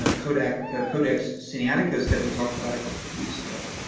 ah codex codex sinaiticus that we talked about a couple of weeks ago.